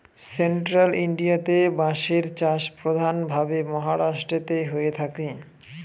central ইন্ডিয়াতে বাঁশের চাষ প্রধান ভাবে মহারাষ্ট্রেতে হয়ে থাকে